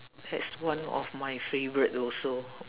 that's one of my favourite also